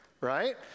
right